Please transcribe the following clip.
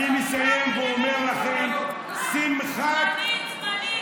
אני מסיים ואומר לכם: שמחת, זמנית, זמנית.